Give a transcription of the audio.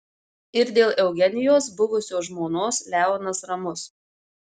ir dėl eugenijos buvusios žmonos leonas ramus